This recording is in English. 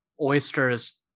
oysters